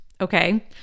okay